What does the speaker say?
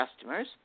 customers